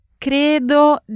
Credo